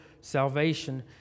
salvation